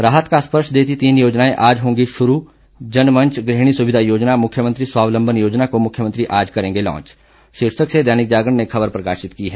राहत का स्पर्श देती तीन योजनाएं आज होंगी शुरू जन मंच गृहिणी सुविधा योजना मुख्यमंत्री स्वावलंबन योजना को मुख्यमंत्री आज करेंगे लॉन्च शीर्षक से दैनिक जागरण ने खबर प्रकाशित की है